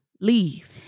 leave